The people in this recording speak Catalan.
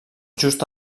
just